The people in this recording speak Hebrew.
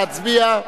נא להצביע.